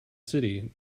city